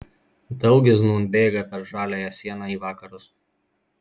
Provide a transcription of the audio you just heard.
daugis nūn bėga per žaliąją sieną į vakarus